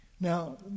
Now